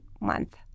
month